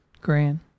grand